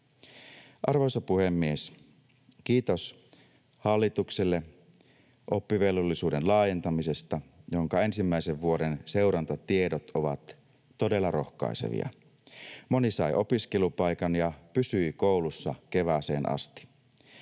Arvoisa puhemies! Kiitos hallitukselle oppivelvollisuuden laajentamisesta, jonka ensimmäisen vuoden seurantatiedot ovat todella rohkaisevia. Moni sai opiskelupaikan ja pysyi koulussa kevääseen asti.